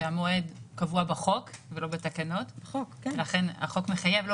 המועד קבוע בחוק ולא בתקנות ולכן החוק מחייב.